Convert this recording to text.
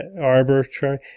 arbitrary